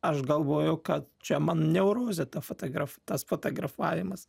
aš galvoju kad čia man neurozė tą fotografuo tas fotografavimas